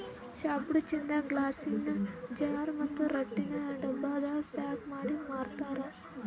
ಚಾಪುಡಿ ಚಂದ್ ಗ್ಲಾಸಿನ್ ಜಾರ್ ಮತ್ತ್ ರಟ್ಟಿನ್ ಡಬ್ಬಾದಾಗ್ ಪ್ಯಾಕ್ ಮಾಡಿ ಮಾರ್ತರ್